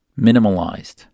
minimalized